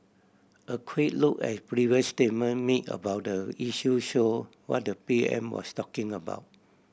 a quick look at previous statement made about the issue show what the P M was talking about